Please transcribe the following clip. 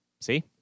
See